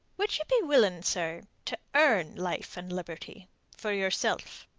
would you be willing, sir, to earn life and liberty for yourself,